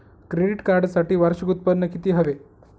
Credit कार्डसाठी वार्षिक उत्त्पन्न किती हवे?